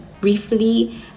briefly